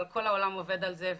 אבל כל העולם עובד על זה,